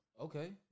Okay